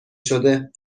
شده